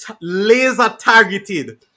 laser-targeted